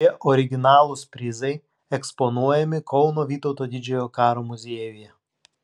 šie originalūs prizai eksponuojami kauno vytauto didžiojo karo muziejuje